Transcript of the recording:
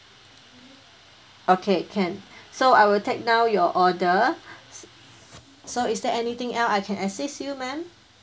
okay can so I will take down your order s~ so is there anything else I can assist you madam